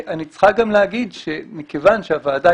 אני צריכה גם להגיד שמכיוון שהוועדה,